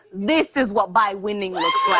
this is what bi-winning looks like,